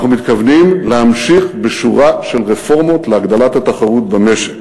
אנחנו מתכוונים להמשיך בשורה של רפורמות להגדלת התחרות במשק.